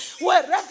wherever